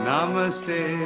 Namaste